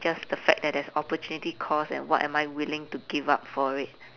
just the fact there there's opportunity cost and what am I willing to give up for it